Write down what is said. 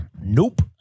Nope